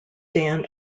dan